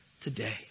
today